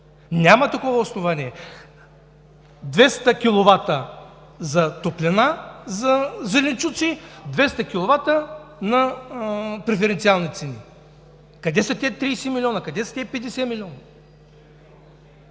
Няма такова основание. Двеста киловата топлина за зеленчуци, 200 киловата на преференциални цени. Къде са тези 30 милиона, къде са тези 50 милиона?